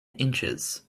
inches